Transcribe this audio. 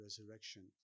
resurrection